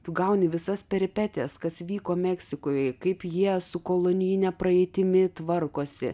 tu gauni visas peripetijas kas vyko meksikoj kaip jie su kolonijine praeitimi tvarkosi